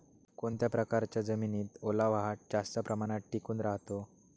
कोणत्या प्रकारच्या जमिनीत ओलावा हा जास्त प्रमाणात टिकून राहतो?